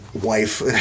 wife